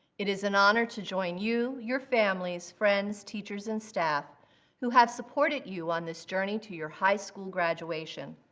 it is an honor to join you, your families, friends, teachers, and staff who have supported you on this journey to your high school graduation.